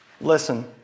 Listen